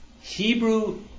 Hebrew